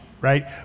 right